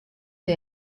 the